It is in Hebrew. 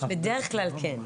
בדרך כלל כן.